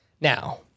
Now